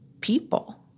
people